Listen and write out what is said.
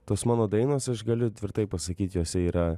tos mano dainos aš galiu tvirtai pasakyt jose yra